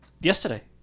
Yesterday